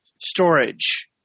storage